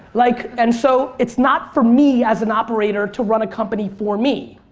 like and so it's not for me as an operator to run a company for me.